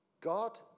God